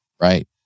right